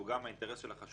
שהוא גם האינטרס של החשוד,